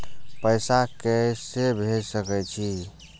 पैसा के से भेज सके छी?